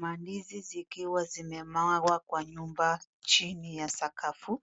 Mandizi zikiwa zimemwagwa kwa nyumba chini ya sakafu,